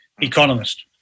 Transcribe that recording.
economist